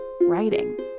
writing